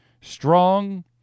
strong